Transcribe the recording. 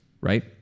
right